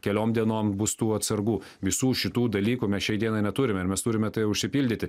keliom dienom bus tų atsargų visų šitų dalykų mes šiai dienai neturime ir mes turime tai užsipildyti